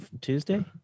Tuesday